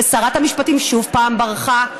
ושרת המשפטים שוב פעם ברחה,